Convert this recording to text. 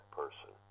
person